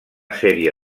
sèrie